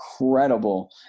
incredible